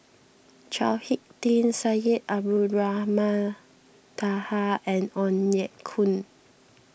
Chao Hick Tin Syed Abdulrahman Taha and Ong Ye Kung